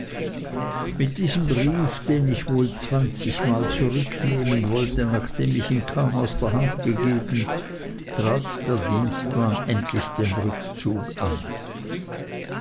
mit diesem brief den ich wohl zwanzigmal zurücknehmen wollte nachdem ich ihn kaum aus der hand gegeben trat der dienstmann endlich den rückweg an